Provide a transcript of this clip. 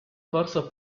corso